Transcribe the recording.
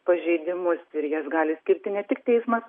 pažeidimus ir jas gali skirti ne tik teismas